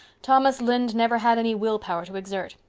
thomas lynde never had any will power to exert.